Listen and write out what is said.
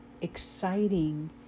exciting